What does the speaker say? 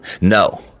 No